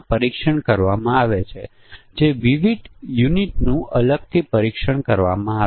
પછી આપણી પાસે અમુક વિશિષ્ટ મૂલ્યો 1 0 1 હોય ત્યારે સમસ્યા થાય છે